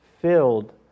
filled